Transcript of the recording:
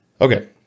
Okay